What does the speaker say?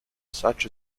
such